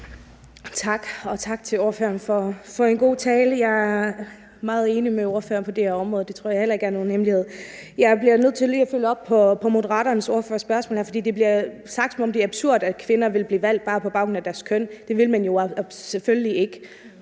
Tak, og tak til ordføreren for en god tale. Jeg er meget enig med ordføreren på det her område, og det tror jeg heller ikke er nogen hemmelighed. Jeg bliver nødt til lige at følge op på Moderaternes ordførers spørgsmål her, fordi der bliver sagt, at det er absurd, at kvinder vil blive valgt bare på baggrund af deres kun. Det vil de selvfølgelig ikke.